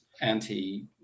anti